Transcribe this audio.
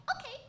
Okay